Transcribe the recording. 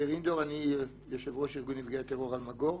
אני יושב ראש ארגון נפגעי הטרור "אלמגור".